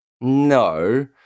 No